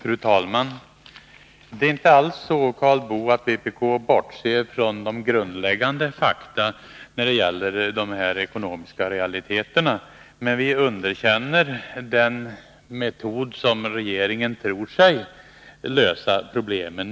Fru talman! Det är inte alls så, Karl Boo, att vpk bortser från grundläggande fakta när det gäller de här ekonomiska frågorna. Men vi underkänner den metod med vilken regeringen tror sig kunna lösa problemen.